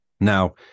Now